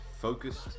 focused